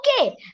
Okay